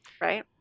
right